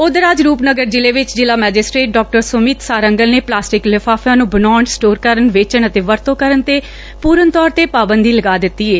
ਉਧਰ ਅੱਜ ਰੂਪਨਗਰ ਜ਼ਿਲ੍ਹੇ ਵਿਚ ਜ਼ਿਲ੍ਹਾ ਮੈਜਿਸਟਰੇਟ ਡਾ ਸੁਮੀਤ ਸਾਰੰਗਲ ਨੇ ਪਲਾਸਟਿਕ ਲਿਫਾਫਿਆਂ ਨੂੰ ਬਣਾਉਣ ਸਟੌਰ ਕਰਨ ਵੇਚਣ ਅਤੇ ਵਰਤੋਂ ਕਰਨ ਤੇ ਪੂਰਨ ਤੌਰ ਤੇ ਪਾਬੰਦੀ ਲਗਾ ਦਿੱਤੀ ਏ